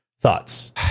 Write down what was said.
thoughts